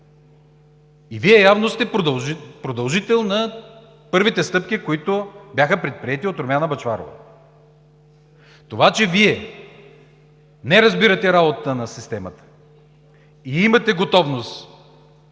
И вие явно сте продължител на първите стъпки, които бяха предприети от Румяна Бъчварова. Това, че Вие не разбирате работата на системата и имате готовност